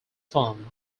firm